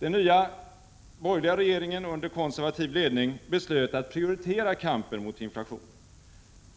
Den nya borgerliga regeringen under konservativ ledning beslöt att prioritera kampen mot inflationen.